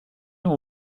ont